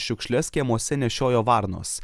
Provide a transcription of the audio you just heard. šiukšles kiemuose nešiojo varnos